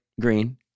green